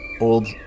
old